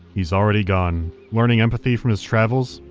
he's already gone, learning empathy from his travels,